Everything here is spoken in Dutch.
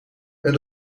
een